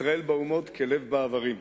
"ישראל באומות כלב באברים".